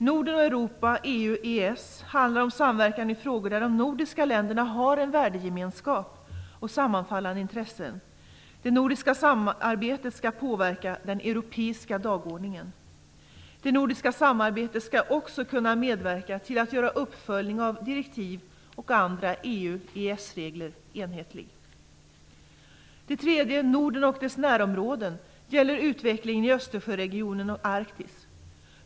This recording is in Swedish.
Norden och Europa EES handlar om samverkan i frågor där de nordiska länderna har en värdegemenskap och sammanfallande intressen. Det nordiska samarbetet skall påverka den europeiska dagordningen. Det nordiska samarbetet skall också kunna medverka till att göra uppföljningen av direktiv och andra Det tredje området, Norden och dess närområden, gäller utvecklingen i Östersjöregionen och Arktis.